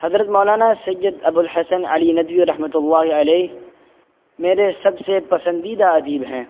حضرت مولانا سید ابو الحسن علی ندوی رحمۃ اللہ علیہ میرے سب سے پسندیدہ ادیب ہیں